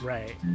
Right